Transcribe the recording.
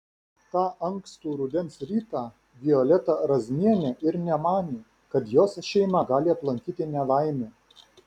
tą ankstų rudens rytą violeta razmienė ir nemanė kad jos šeimą gali aplankyti nelaimė